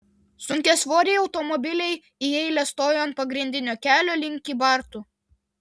sunkiasvoriai automobiliai į eilę stojo ant pagrindinio kelio link kybartų